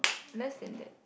less than that